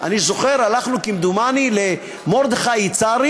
אני זוכר, הלכנו, כמדומני, למרדכי יצהרי